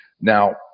Now